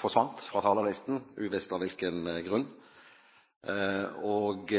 forsvant fra talerlisten, uvisst av hvilken grunn, og